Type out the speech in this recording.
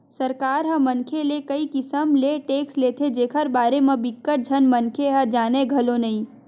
सरकार ह मनखे ले कई किसम ले टेक्स लेथे जेखर बारे म बिकट झन मनखे ह जानय घलो नइ